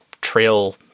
trail